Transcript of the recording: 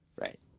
Right